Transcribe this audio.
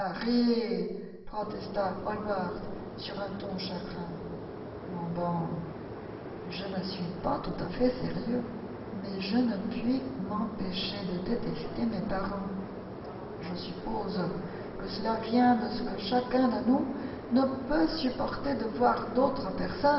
hallward sur un ton chagrin mon bon je ne suis pas tout à fait sérieux mais je ne puis m'empêcher de détester mes parents je suppose que cela vient de ce que chacun de nous ne peut supporter de voir d'autres personnes